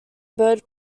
bird